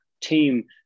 team